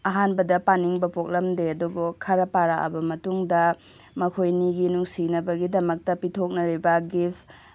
ꯑꯍꯥꯟꯕꯗ ꯄꯥꯅꯤꯡꯕ ꯄꯣꯛꯂꯝꯗꯦ ꯑꯗꯨꯕꯨ ꯈꯔ ꯄꯥꯔꯛꯑꯕ ꯃꯇꯨꯡꯗ ꯃꯈꯣꯏꯅꯤꯒꯤ ꯅꯨꯡꯁꯤꯅꯕꯒꯤꯗꯃꯛꯇꯥ ꯄꯤꯊꯣꯛꯅꯔꯤꯕ ꯒꯤꯐ